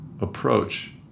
approach